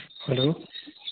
hello